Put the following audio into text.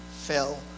fell